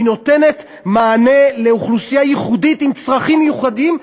היא נותנת מענה לאוכלוסייה ייחודית עם צרכים מיוחדים.